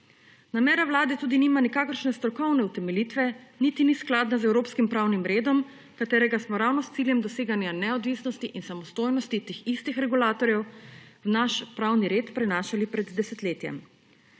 Namera Vlade tudi nima nikakršne strokovne utemeljitve, niti ni skladna z evropskim pravnim redom, katerega smo ravno s ciljem doseganja neodvisnosti in samostojnosti teh istih regulatorjev v naš pravni red prenašali pred desetletjem.